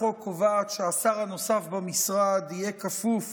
החוק קובעת שהשר הנוסף במשרד יהיה כפוף